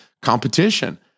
competition